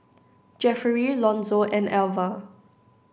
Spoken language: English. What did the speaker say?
Jeffery Lonzo and Alva